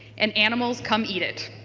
and animals come eat it.